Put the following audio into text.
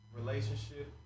relationship